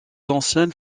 anciennes